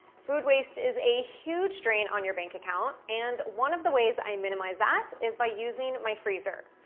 food waste is a huge drain on your bank account, and one of the ways i minimize that is by using my freezer,